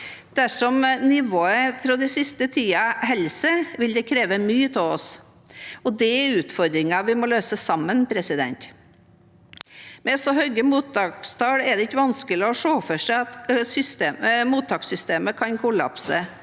Dersom nivået den siste tiden holder seg, vil det kreve mye av oss. Det er utfordringer vi må løse sammen. Med så høye mottakstall er det ikke vanskelig å se for seg at mottakssystemet kan kollapse,